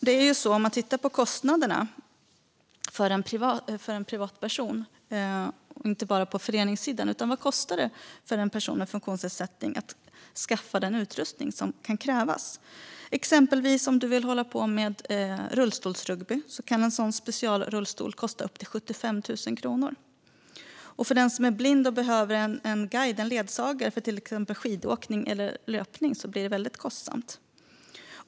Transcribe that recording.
Man kan titta på vad det kostar för en privatperson med funktionsnedsättning - alltså inte bara på föreningssidan - att skaffa den utrustning som kan krävas. Om man exempelvis vill hålla på med rullstolsrugby kan en specialrullstol kosta upp till 75 000 kronor. För den som är blind och behöver en guide eller ledsagare för till exempel skidåkning eller löpning blir det väldigt kostsamt.